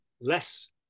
less